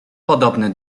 podobny